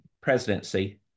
presidency